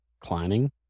declining